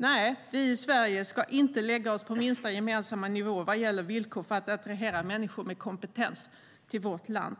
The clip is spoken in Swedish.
Nej, vi i Sverige ska inte lägga oss på minsta gemensamma nivå vad gäller villkor för att attrahera människor med kompetens till vårt land.